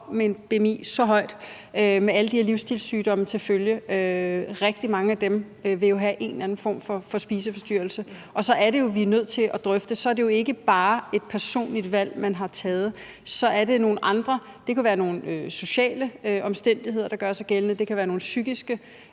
på en meget høj bmi, med alle de her livsstilssygdomme til følge, vil have en eller anden form for spiseforstyrrelse, og så er det jo, at vi er nødt til at drøfte det, i forhold til at så er det ikke bare et personligt valg, man har taget; så er det på grund af nogle andre forhold. Det kan være nogle sociale omstændigheder, der gør sig gældende, eller det kan være nogle psykiske